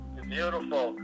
Beautiful